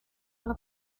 want